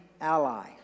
ally